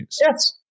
Yes